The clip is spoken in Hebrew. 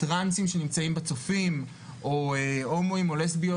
טרנסים שנמצאים בצופים או הומואים או לסביות